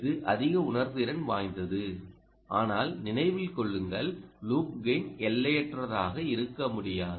இது அதிக உணர்திறன் வாய்ந்தது ஆனால் நினைவில் கொள்ளுங்கள் லூப் கெய்ன் எல்லையற்றதாக இருக்க முடியாது